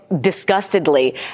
disgustedly